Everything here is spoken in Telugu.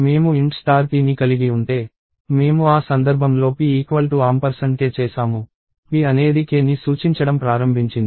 మేము int p ని కలిగి ఉంటే మేము ఆ సందర్భంలో p k చేసాము p అనేది kని సూచించడం ప్రారంభించింది